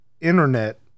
internet